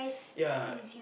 ya